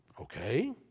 Okay